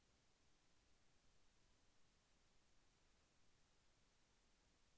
Bank ద్వారా loan తీసుకున్న తరువాత నా యొక్క చిరునామాని తనిఖీ చేస్తారా?